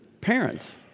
parents